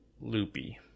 loopy